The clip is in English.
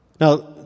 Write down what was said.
Now